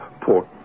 port